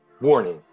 Warning